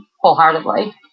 wholeheartedly